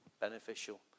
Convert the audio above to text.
beneficial